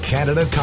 Canada